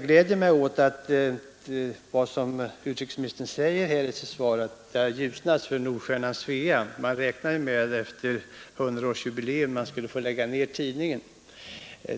gläder mig givetvis åt vad utrikesministern säger i sitt svar, nämligen att det har ljusnat för Nordstjernan-Svea. Man räknade med att man efter 100 årsjubileet skulle få lägga ned tidningen.